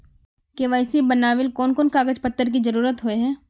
KYC बनावेल कोन कोन कागज पत्र की जरूरत होय है?